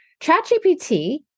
ChatGPT